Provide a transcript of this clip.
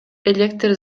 электр